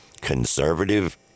conservative